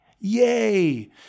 Yay